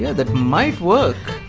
yeah that might work.